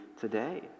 today